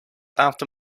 after